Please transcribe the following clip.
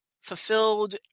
fulfilled